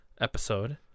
episode